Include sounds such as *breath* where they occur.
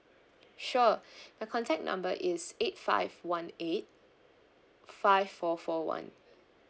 sure *breath* my contact number is eight five one eight five four four one